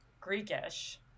Greekish